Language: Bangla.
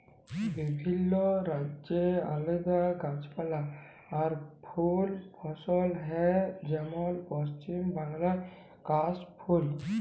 বিভিল্য রাজ্যে আলাদা গাছপালা আর ফুল ফসল হ্যয় যেমল পশ্চিম বাংলায় কাশ ফুল